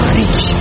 rich